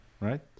right